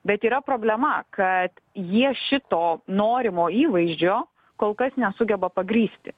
bet yra problema kad jie šito norimo įvaizdžio kol kas nesugeba pagrįsti